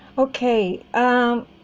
okay um